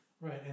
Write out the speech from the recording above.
Right